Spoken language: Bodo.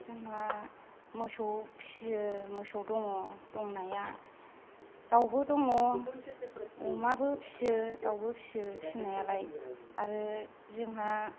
जोंहा मोसौ फिसियो मोसौ दङ दंनाया दाउबो दङ अमाबो फिसियो दाउबो फिसियो फिसिनायालाय आरो जोंहा